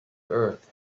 earth